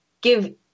give